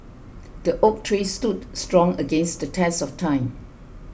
the oak tree stood strong against the test of time